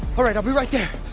alright, i'll be right there.